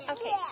Okay